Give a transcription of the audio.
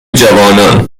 جوانان